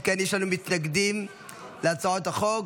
אם כן, יש לנו מתנגדים להצעות החוק.